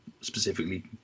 specifically